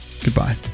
Goodbye